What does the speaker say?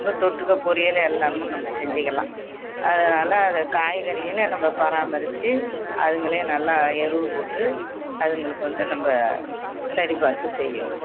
நம்ம தொட்டுக்க பொரியல் எல்லாமும் நம்ம செஞ்சிக்கலாம் அதனால அது காய்கறிகள்னு நம்ம பாராமரித்து அதுங்களே நல்லா எருவு போட்டு அதுங்களுக்கு வந்து நம்ம சரி பார்த்து செய்யணும்